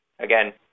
Again